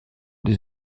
des